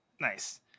Nice